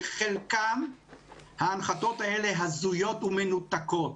בחלקן ההנחיות האלה הזויות ומנותקות.